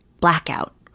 blackout